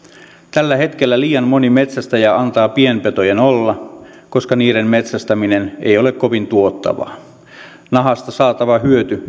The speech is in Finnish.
tällä hetkellä liian moni metsästäjä antaa pienpetojen olla koska niiden metsästäminen ei ole kovin tuottavaa nahasta saatava hyöty